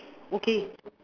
okay